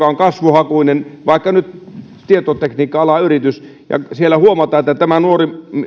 on kasvuhakuinen vaikka nyt tietotekniikka alan yritys ja siellä huomataan että tämä nuori